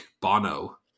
Bono